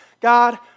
God